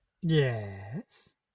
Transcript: Yes